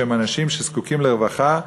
שהם אנשים שזקוקים לרווחה,